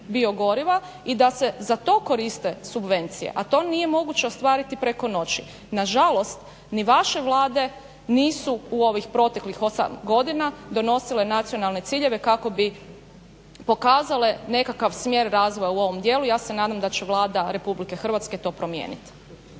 biogoriva i da se za to koriste subvencije. A to nije moguće ostvariti preko noći. Nažalost ni vaše vlade nisu u ovih proteklih 8 godina donosile nacionalne ciljeve kako bi pokazale nekakav smjer razvoja u ovom dijelu. Ja se nadam da će Vlada Republike Hrvatske to promijeniti.